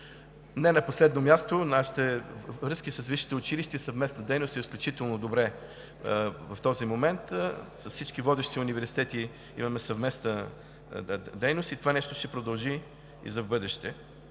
Не на последно място, нашите връзки с висшите училища и съвместната дейност са изключително добри в този момент. С всички водещи университети имаме съвместна дейност и това нещо ще продължи за в бъдеще